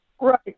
Right